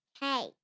Hey